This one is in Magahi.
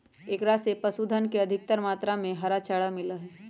एकरा से पशुअन के अधिकतर मात्रा में हरा चारा मिला हई